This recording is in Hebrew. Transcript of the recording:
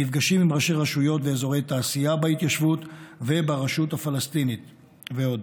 מפגשים עם ראשי רשויות ואזורי תעשייה בהתיישבות וברשות הפלסטינית ועוד.